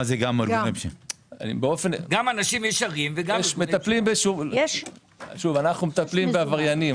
אנחנו מטפלים בעבריינים.